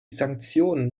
sanktionen